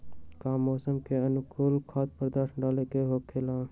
का मौसम के अनुकूल खाद्य पदार्थ डाले के होखेला?